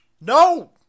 No